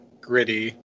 gritty